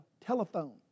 telephone